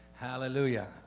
Hallelujah